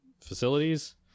facilities